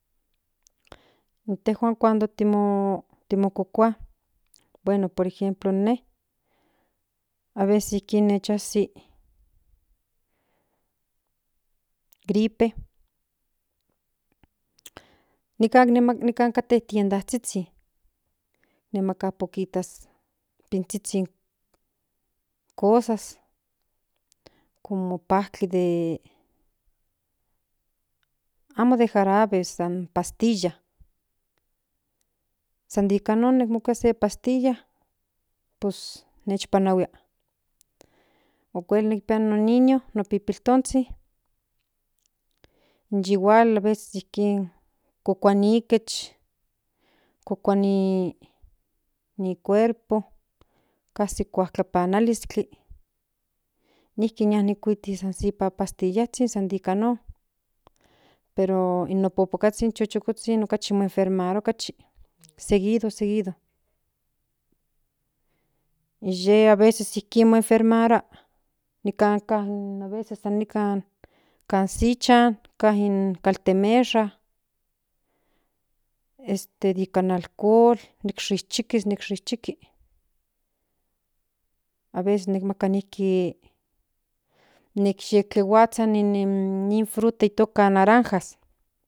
Intejuan cuando timokokua bueno por ejemplo por emplo ine aveces ijkin ni chazi gripe nikan nemaka nikan kate tiendazhizhin nemaka poquitas pinzhizhin cosas como pajtli de amo de jarabe san de pastilla san de nika non mokuia se pastilla pus nechpanahui okuel nikpia no niños pipiltonzhizhin yi hual aveces ijkin kokua ni ikech kokua ni cuerpo kas tlapazkli nijki mo kuiti san se pastillazhin san nika non pero no popokazhin zhukozhizhin kachi mo enfermarua kachi seguido seguido inye aveces ijkin mo enfermarua nikan ka aveces nikan sa ka ichan ka in kaltemesha este nikan alcohol shikchikis ni shuikchikis aveces nimaka nijki aveces miek tlahuazha nin fruta toka naranja